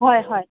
হয় হয়